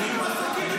ביקשתי שתצאי, בבקשה.